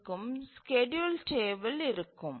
இருக்கும் schedule table இருக்கும்